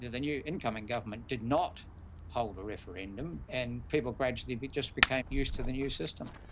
the new incoming government did not hold a referendum, and people gradually but just became used to the new system.